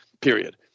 period